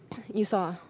you saw ah